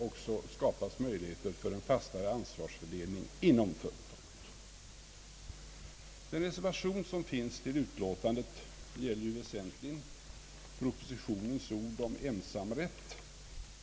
Likaså skapas därmed möjligheter till en fastare ansvarsfördelning inom företaget. Reservationen till utskottsutlåtandet gäller väsentligen propositionens ord om ensamrätt.